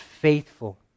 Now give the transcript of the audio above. faithful